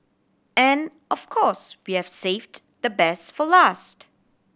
and of course we have saved the best for last